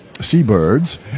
seabirds